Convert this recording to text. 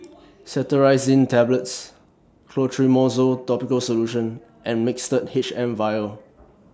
Cetirizine Tablets Clotrimozole Topical Solution and Mixtard H M Vial